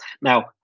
Now